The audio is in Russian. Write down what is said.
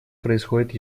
происходят